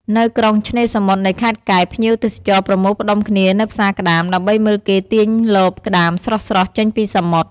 នៅក្រុងឆ្នេរសមុទ្រនៃខេត្តកែប ភ្ញៀវទេសចរប្រមូលផ្តុំគ្នានៅផ្សារក្តាម ដើម្បីមើលគេទាញលបក្តាមស្រស់ៗចេញពីសមុទ្រ។